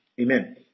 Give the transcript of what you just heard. Amen